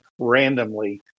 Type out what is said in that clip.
randomly